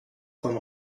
vom